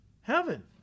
heaven